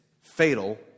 fatal